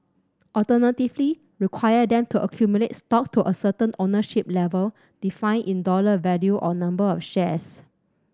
alternatively require them to accumulate stock to a certain ownership level defined in dollar value or number of shares